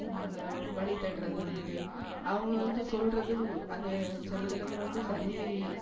இந்த வழி தேட்டுறது வந்து அவங்க வந்து சொல்கிறது அது சில தடவை வந்து சரி